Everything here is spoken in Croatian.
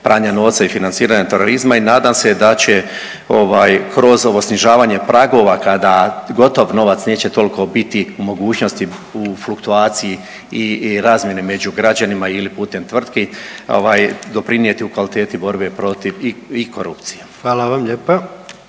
pranja novca i financiranja terorizma i nadam se da će ovaj kroz ovo snižavanje pragova kada gotov novac neće toliko biti u mogućnosti u fluktuaciji i razmjeni među građanima ili putem tvrtki ovaj doprinijeti u kvaliteti borbe protiv i korupcije. **Jandroković,